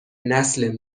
نسل